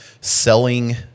selling